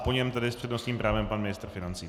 Po něm tedy s přednostním právem pan ministr financí.